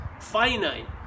finite